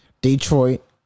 Detroit